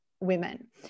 women